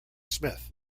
smith